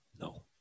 No